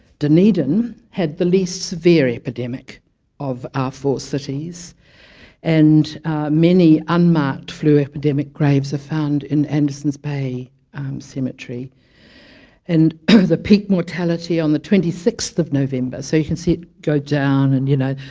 dunedin had the least severe epidemic of our four cities and many unmarked flu epidemic graves are found in anderson's bay cemetery and the peak mortality on the twenty sixth november so you can see it go down and you know,